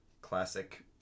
classic